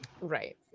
right